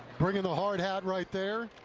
bringing the hard hat right there.